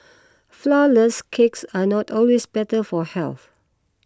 Flourless Cakes are not always better for health